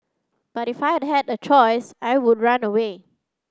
but if I had a choice I would run away